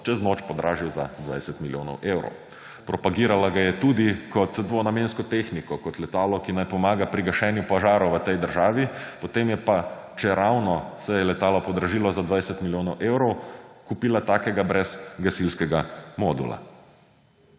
čez noč podražil za 20 milijonov evrov. Propagirala ga je tudi kot dvonamensko tehniko, kot letalo, ki naj pomaga pri gašenju požarov v tej državi, potem je pa, čeravno se je letalo podražilo za 20 milijonov evrov, kupila takega brez gasilskega modula.